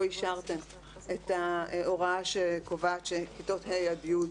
אישרתם את ההוראה שקובעת שכיתות ה' עד י'